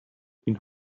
been